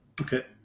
Okay